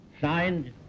signed